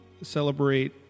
celebrate